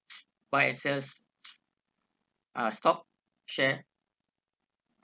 buy assets ah stock share